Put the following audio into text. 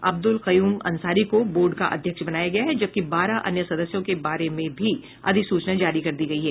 अब्दुल कयुम अंसारी को बोर्ड का अध्यक्ष बनाया गया है जबकि बारह अन्य सदस्यों के बारे में भी अधिसूचना जारी कर दी गयी है